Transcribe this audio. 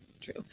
true